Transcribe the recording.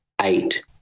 eight